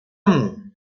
amunt